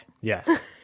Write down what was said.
Yes